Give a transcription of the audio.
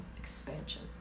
expansion